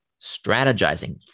strategizing